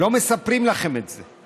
לא מספרים לכם את זה.